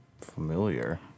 Familiar